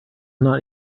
not